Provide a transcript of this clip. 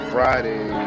Friday